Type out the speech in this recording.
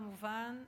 כמובן,